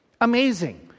Amazing